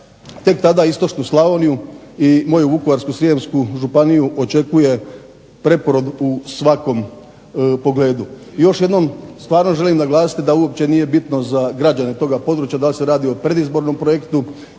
tek tada istočnu Slavoniju i moju Vukovarsko-srijemsku županiju očekuje preporod u svakom pogledu. I još jednom stvarno želim naglasiti da uopće nije bitno za građane toga područja da li se radi o predizbornom projektu